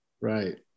right